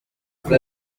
ubwo